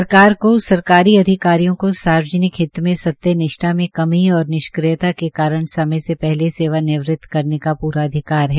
सरकार को सरकारी अधिकारियों को सार्वजनिक हित में सत्य निष्ठा में कमी और निश्क्रियता के कारण समय से पहले सेवा निवृत करने का प्रा अधिकार है